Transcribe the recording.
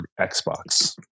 Xbox